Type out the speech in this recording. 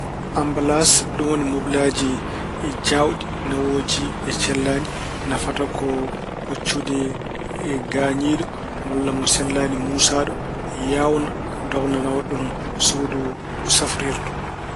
Ammbalaas, ɗum woni mobelaaji jawɗi nawooji ɓe cellaani, nafata ko hoccude gañiiɗo walla mo sellaani muusaaɗo yawna, dogna nawa ɗum suudu safrirdu.